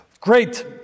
great